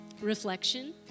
reflection